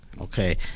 Okay